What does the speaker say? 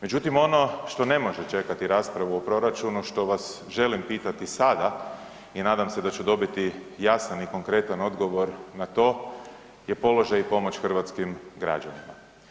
Međutim, ono što ne može čekati raspravu o proračunu što vas želim pitati sada i nadam se da ću dobiti jasan i konkretan odgovor na to, je položaj i pomoć hrvatskim građanima.